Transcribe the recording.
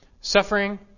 Suffering